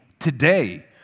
Today